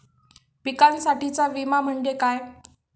पिकांसाठीचा विमा म्हणजे काय?